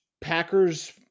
Packers